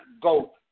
go